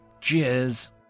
Cheers